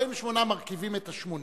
48 מרכיבים את ה-80,